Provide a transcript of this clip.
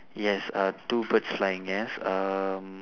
yes uh two birds flying yes um